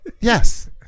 Yes